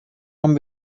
haben